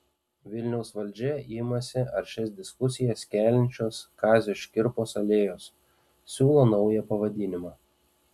vilniaus valdžia imasi aršias diskusijas keliančios kazio škirpos alėjos siūlo naują pavadinimą